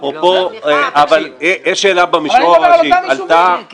יש שאלה במישור המהותי.